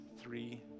three